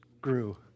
grew